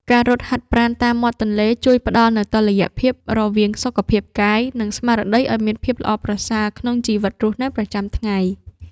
ការរត់ហាត់ប្រាណតាមមាត់ទន្លេជួយផ្ដល់នូវតុល្យភាពរវាងសុខភាពកាយ និង ស្មារតីឱ្យមានភាពល្អប្រសើរក្នុងជីវភាពរស់នៅប្រចាំថ្ងៃ។